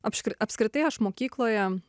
apš apskritai aš mokykloje